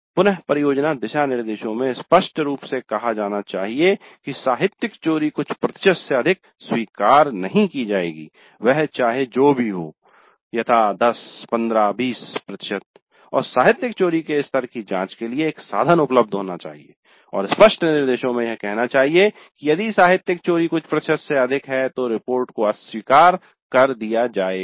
पुनः परियोजना दिशानिर्देशों में स्पष्ट रूप से कहा जाना चाहिए कि साहित्यिक चोरी कुछ प्रतिशत से अधिक स्वीकार नहीं की जाएगी वह चाहे जो भी हो यथा 10 15 20 प्रतिशत और साहित्यिक चोरी के स्तर की जांच के लिए एक साधन उपलब्ध होना चाहिए और स्पष्ट निर्देशों में यह कहना चाहिए कि यदि साहित्यिक चोरी कुछ प्रतिशत से अधिक है तो रिपोर्ट को अस्वीकार कर दिया जाएगा